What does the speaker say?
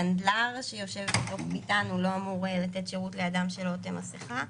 סנדלר שיושב בתוך ביתן לא אמור לתת שירות לאדם שלא עוטה מסכה.